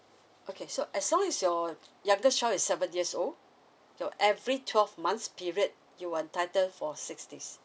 okay so as long as your youngest child is seven years old your every twelve months period you will entitle for six days